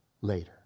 later